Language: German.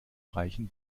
reichen